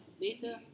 later